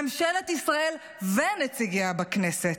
ממשלת ישראל ונציגיה בכנסת,